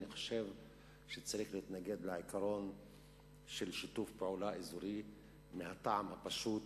אני חושב שצריך להתנגד לעיקרון של שיתוף פעולה אזורי מהטעם הפשוט